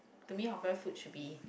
to me hawker food should be